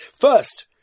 First